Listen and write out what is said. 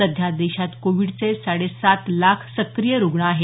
सध्या देशात कोविडचे साडे सात लाख सक्रीय रुग्ण आहेत